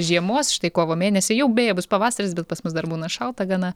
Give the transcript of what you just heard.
žiemos štai kovo mėnesį jau beje bus pavasaris bet pas mus dar būna šalta gana